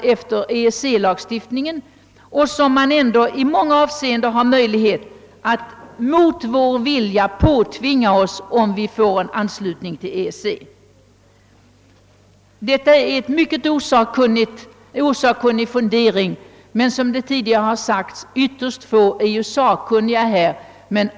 I många avseenden finns det möjligheter att mot vår vilja påtvinga oss lagändringar vid en anslutning till EEC. Detta har varit mycket osakkunniga funderingar men, såsom tidigare har framhållits i debatten, är de sakkunniga ytterst få.